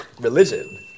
Religion